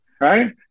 Right